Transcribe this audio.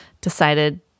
decided